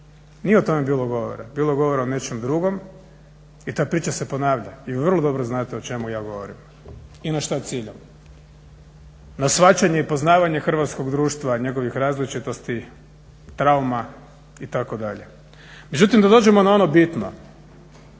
Nije o tome bilo govora, bilo je govora o nečem drugom i ta priča se ponavlja i vi vrlo dobro znate o čemu ja govorim i na što ciljam, na shvaćanje i poznavanje hrvatskog društva, njegovih različitosti, trauma itd. Međutim da dođemo na ono bitno,